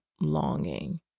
longing